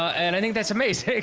i think that's amazing.